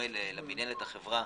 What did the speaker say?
בדומה למינהלת החברה